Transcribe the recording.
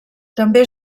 també